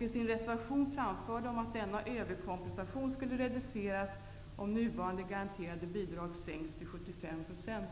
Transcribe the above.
I sin reservation framför de att denna överkompensation skulle reduceras om nuvarande garanterade bidrag sänks till 75 %,